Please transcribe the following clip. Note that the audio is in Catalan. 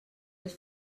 les